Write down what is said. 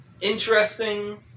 Interesting